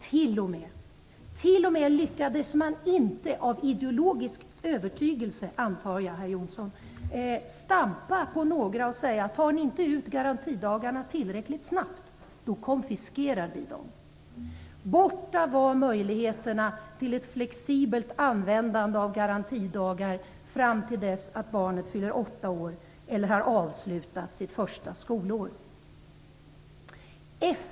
Man lyckades t.o.m. - jag antar, herr Jonsson, att det var av ideologisk övertygelse - stampa på några och säga: Tar ni inte ut garantidagarna tillräckligt snabbt, konfiskerar vi dem. Borta var möjligheterna till ett flexibelt användande av garantidagar fram till dess att barnet fyller åtta år eller har avslutat sitt första skolår.